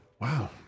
Wow